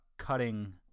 cutting